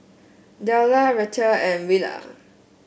Dahlia Reatha and Willa